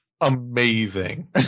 amazing